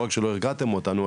לא רק שלא הרגעתם אותנו,